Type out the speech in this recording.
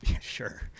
Sure